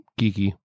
geeky